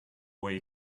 way